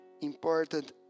important